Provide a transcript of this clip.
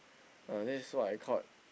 uh this is what I called